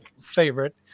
favorite